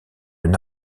une